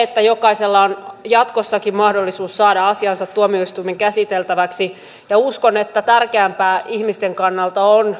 että jokaisella on jatkossakin mahdollisuus saada asiansa tuomioistuimen käsiteltäväksi ja uskon että tärkeämpää ihmisten kannalta on